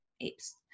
apes